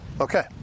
Okay